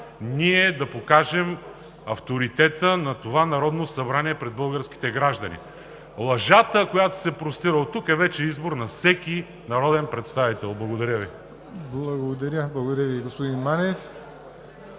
ние да покажем авторитета на това Народно събрание пред българските граждани. Лъжата, която се простира оттук, е вече избор на всеки народен представител. Благодаря Ви. ПРЕДСЕДАТЕЛ ЯВОР НОТЕВ: Благодаря Ви, господин Манев